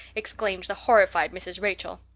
exclaimed the horrified mrs. rachel.